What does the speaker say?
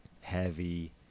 Heavy